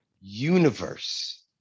universe